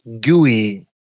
gooey